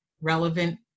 relevant